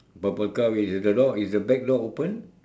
purple car which is the door is the back door open